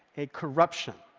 a corruption.